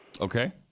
Okay